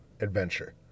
Adventure